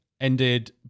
ended